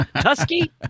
Tusky